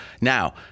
Now